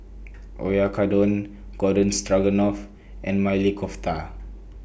Oyakodon Garden Stroganoff and Maili Kofta